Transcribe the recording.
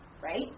right